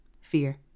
fear